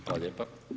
Hvala lijepa.